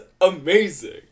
amazing